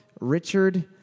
Richard